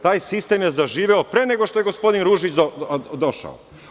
Taj sistem je zaživeo pre nego što je gospodin Ružić došao.